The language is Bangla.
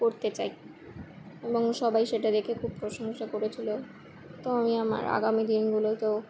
করতে চাই এবং সবাই সেটা দেখে খুব প্রশংসা করেছিল তো আমি আমার আগামী দিনগুলোতেও